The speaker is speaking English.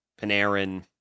Panarin